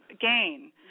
gain